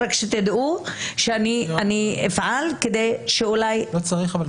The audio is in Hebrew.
רק שתדעו שאני אפעל כדי שאולי --- אלעזר שטרן,